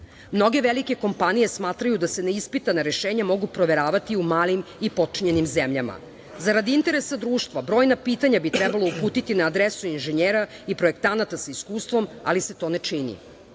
ljude. Mnoge velike kompanije smatraju da se neispitana rešenja mogu proveravati u malim i potčinjenim zemljama. Zarad interesa društva, brojna pitanja bi trebalo uputiti na adrese inženjera i projektanata sa iskustvom, ali se to ne čini.